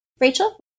Rachel